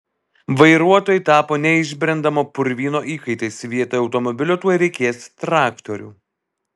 vairuotojai tapo neišbrendamo purvyno įkaitais vietoj automobilių tuoj reikės traktorių